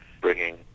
bringing